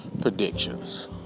predictions